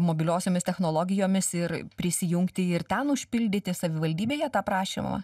mobiliosiomis technologijomis ir prisijungti ir ten užpildyti savivaldybėje tą prašymą